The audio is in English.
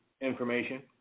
information